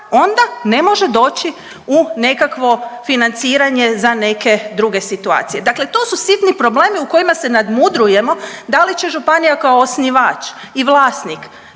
onda ne može doći u nekakvo financiranje za neke druge situacije. Dakle to su sitni problemi u kojima se nadmudrujemo da li će županija kao osnivač i vlasnik